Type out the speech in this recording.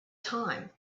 time